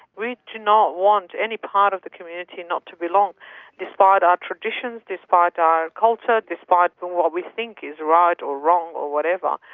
we do not want any part of the community not to belong despite our traditions, despite our culture, despite but what we think is right or wrong or whatever.